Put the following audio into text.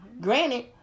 Granted